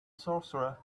sorcerer